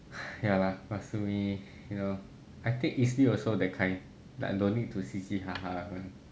ya lah matsumi you know I think izlee also that kind like don't need to 嘻嘻哈哈 one